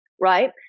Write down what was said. Right